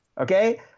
Okay